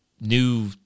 new